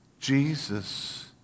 Jesus